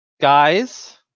guys